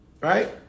right